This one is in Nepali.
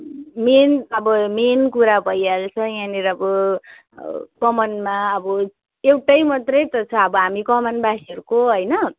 मेन अब मेन कुरा भइहाल्छ यहाँनिरको कमानमा अब एउटै मात्रै त छ अब हामी कमानवासीहरूको होइन